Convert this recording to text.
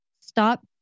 stop